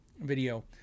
video